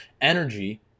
energy